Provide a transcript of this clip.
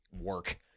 work